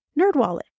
Nerdwallet